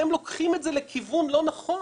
אתם לוקחים את זה לכיוון לא נכון.